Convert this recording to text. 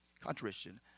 contrition